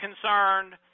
concerned